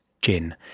Gin